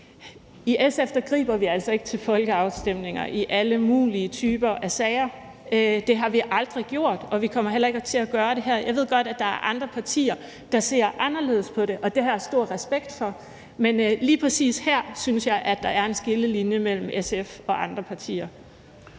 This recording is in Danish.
at vi i SF altså ikke griber til folkeafstemninger i alle mulige typer af sager. Det har vi aldrig gjort, og vi kommer heller ikke til at gøre det her. Jeg ved godt, at der er andre partier, der ser anderledes på det, og det har jeg stor respekt for, men lige præcis her synes jeg, at der er en skillelinje mellem SF og andre partier.